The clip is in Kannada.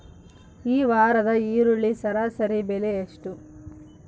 ಈ ವಾರದ ಈರುಳ್ಳಿ ಸರಾಸರಿ ಬೆಲೆ ಎಷ್ಟು?